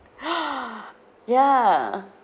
ya